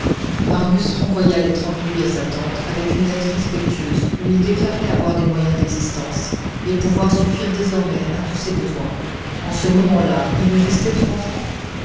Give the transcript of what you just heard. marius renvoya les trente louis à sa tante avec une lettre respectueuse où il déclarait avoir des moyens d'existence et pouvoir suffire désormais à tous ses besoins en ce moment-là il lui restait trois francs